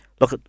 look